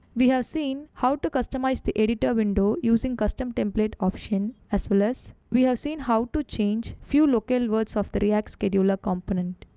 we have seen how to customize. the editor window using custom template option as well as we have seen how to change few locale words of the react scheduler component.